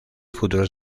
futuros